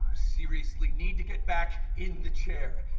seriously need to get back in the chair.